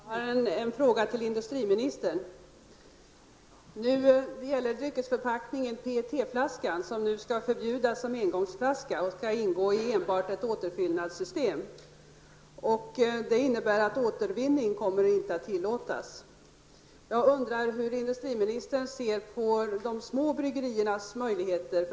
Herr talman! Jag har en fråga till industriministern. Det gäller dryckesförpackningen PET-flaskan, som nu skall förbjudas som engångsflaska. I stället skall den enbart ingå i ett återfyllnadssystem. Det innebär att återvinning inte kommer att tillåtas. Jag undrar hur industriministern ser på de små bryggeriernas möjligheter.